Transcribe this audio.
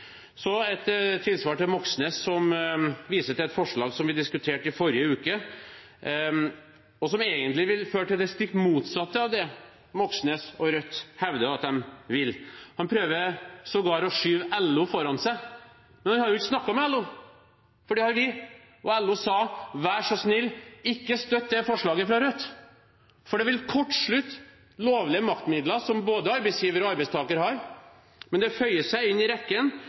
Så et tilsvar til Moxnes, som viser til et forslag vi diskuterte i forrige uke, som egentlig vil føre til det stikk motsatte av det Moxnes og Rødt hevder de vil. De prøver sågar å skyve LO foran seg, men de har jo ikke snakket med LO. Det har vi. LO sa: Vær så snill, ikke støtt det forslaget fra Rødt, for det vil kortslutte lovlige maktmidler som både arbeidsgivere og arbeidstakere har. Det føyer seg inn i rekken